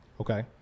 Okay